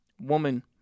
woman